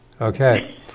Okay